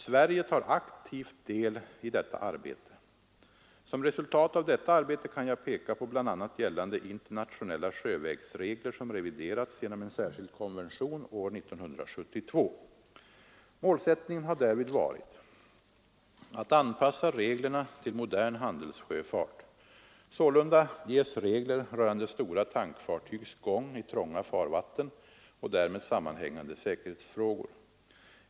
Sverige tar aktivt del i detta arbete. Som resultat av detta arbete kan jag peka på bl.a. gällande internationella sjövägsregler som reviderats genom en särskild konvention år 1972. Målsättningen har därvid varit att anpassa reglerna till modern handelssjöfart. Sålunda ges regler rörande stora tankfartygs gång i trånga farvatten och därmed sammanhängande säkerhetsfrågor.